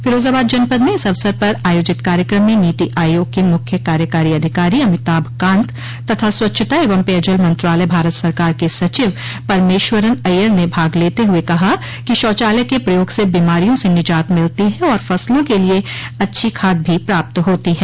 फिरोजाबाद जनपद में इस अवसर पर आयोजित कार्यक्रम में नीति आयोग के मुख्य कार्यकारी अधिकारी अमिताभ कान्त तथा स्वच्छता एवं पेयजल मंत्रालय भारत सरकार के सचिव परमश्वरन अय्यर ने भाग लेते हुए कहा कि शौचालय के प्रयोग से बीमारियों से निजात मिलती है और फसलों के लिए अच्छी खाद भो प्राप्त होती है